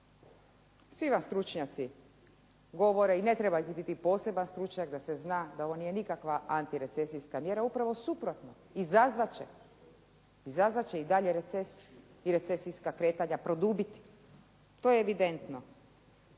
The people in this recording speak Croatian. Svi vam stručnjaci govore i ne treba tu biti poseban stručnjak da se zna da ovo nije nikakva antirecesijska mjera, upravo suprotno. Izazvat će, izazvat će i dalje recesiju i recesijska kretanja produbiti. Naime,